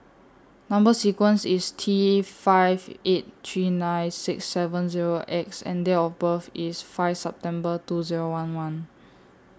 Number sequence IS T five eight three nine six seven Zero X and Date of birth IS five September two Zero one one